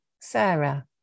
Sarah